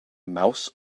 mouse